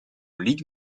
ligue